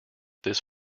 this